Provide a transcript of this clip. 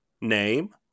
name